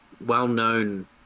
well-known